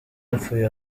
bapfuye